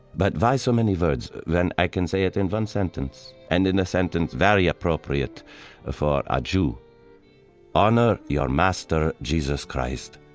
but why so many words when i can say it in one sentence, and in a sentence very appropriate ah for a jew honor your master jesus christ,